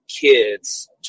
kids